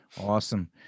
Awesome